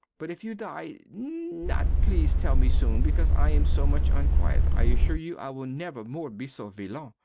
but if you die not please tell me soon because i am so much unquiet. i assure you i will nevermore be so villain.